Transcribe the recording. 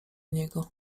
niego